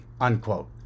unquote